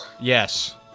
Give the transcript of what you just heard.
Yes